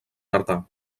tardà